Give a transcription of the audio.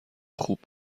خوب